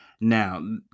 Now